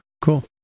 cool